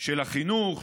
של החינוך,